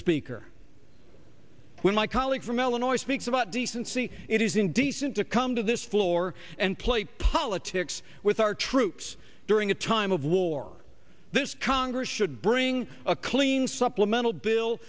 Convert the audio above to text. speaker when my colleague from illinois speaks about decency it is indecent to come to this floor and play politics with our troops during a time of war this congress should bring a clean supplemental bill